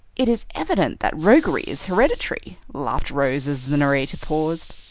it is evident that roguery is hereditary, laughed rose as the narrator paused.